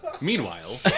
Meanwhile